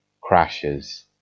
crashes